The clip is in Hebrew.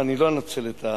ואני לא אנצל את,